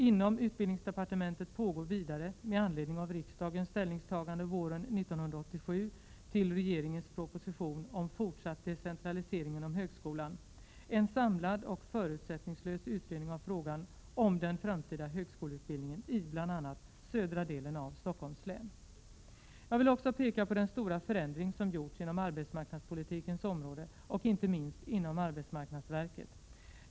Inom utbildningsdepartementet pågår vidare, med anledning av riksdagens ställningstagande våren 1987 till regeringens proposition 1986/87:127 om fortsatt decentralisering inom högskolan, en samlad och förutsättningslös utredning av frågan om den framtida högskoleutbild Jag vill också peka på den stora förändring som gjorts inom arbetsmarknadspolitikens område och inte minst inom arbetsmarknadsverket.